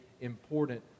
important